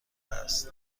است